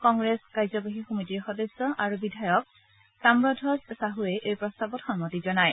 কংগ্ৰেছ কাৰ্যবাহী সমিতিৰ সদস্য আৰু বিধায়ক তামধবজ চাহুৱেও এই প্ৰস্তাৱত সন্মতি জনায়